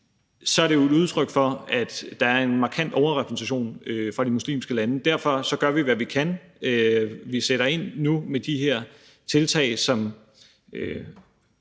så er det jo et udtryk for, at der er en markant overrepræsentation fra de muslimske lande. Derfor gør vi, hvad vi kan. Vi sætter ind nu med de her tiltag i